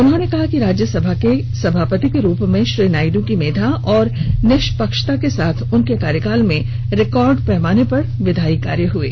उन्होंने कहा कि राज्यसभा के सभापति के रुप में श्री नायडू की मेधा और निष्पक्षता के साथ उनके कार्यकाल में रिकार्ड पैमाने पर विधायी कार्य हुए हैं